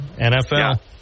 NFL